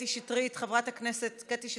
חברת הכנסת קטי שטרית,